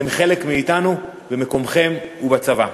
אתם חלק מאתנו ומקומכם הוא בצבא.